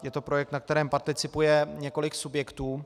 Je to projekt, na kterém participuje několik subjektů.